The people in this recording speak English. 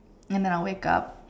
and then I'd wake up